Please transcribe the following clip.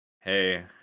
hey